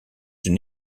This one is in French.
une